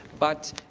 but